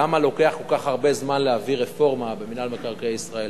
למה לוקח כל כך הרבה זמן להעביר רפורמה במינהל מקרקעי ישראל,